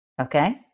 okay